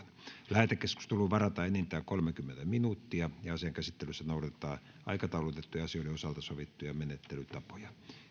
lähetekeskusteluun varataan enintään kolmekymmentä minuuttia ja asian käsittelyssä noudatetaan aikataulutettujen asioiden osalta sovittuja menettelytapoja